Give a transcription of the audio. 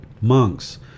Monks